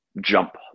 jump